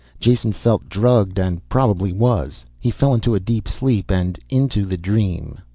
jason felt drugged and probably was. he fell into a deep sleep and into the dream.